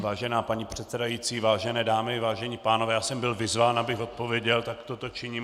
Vážená paní předsedající, vážené dámy, vážení pánové, já jsem byl vyzván, abych odpověděl, tak toto činím.